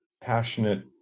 passionate